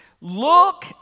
Look